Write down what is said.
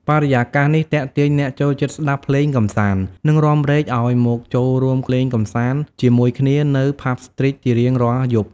បរិយាកាសនេះទាក់ទាញអ្នកចូលចិត្តស្តាប់ភ្លេងកម្សាន្ត និងរាំរែក ឲ្យមកចូលរួមលេងកម្សាន្តជាមួយគ្នានៅ ផាប់ស្ទ្រីតជារៀងរាល់យប់។